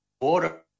water